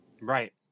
Right